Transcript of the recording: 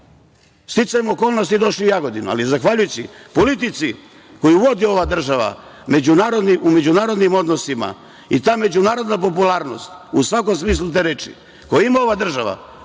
Sticajem okolnosti došli su u Jagodinu, ali zahvaljujući politici koju vodi ova država u međunarodnim odnosima, ta međunarodna popularnost, u svakom smislu te reči, koju ima ova država